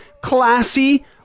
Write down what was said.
classy